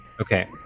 Okay